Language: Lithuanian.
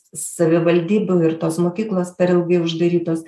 savivaldybių ir tos mokyklos per ilgai uždarytos